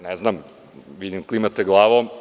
Ne znam, vidim klimate glavom.